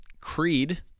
Creed